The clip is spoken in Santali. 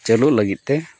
ᱪᱟᱹᱞᱩ ᱞᱟᱹᱜᱤᱫ ᱛᱮ